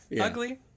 ugly